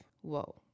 Whoa